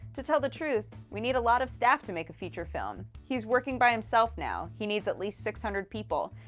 to tell the truth, we need a lot of staff to make a feature film. he is working by himself now. he needs at least six hundred people.